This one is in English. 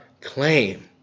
claim